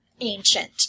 Ancient